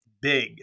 big